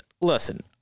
listen